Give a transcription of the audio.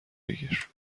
بگیر